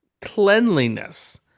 cleanliness